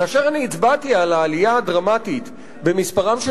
כאשר אני הצבעתי על העלייה הדרמטית במספרם של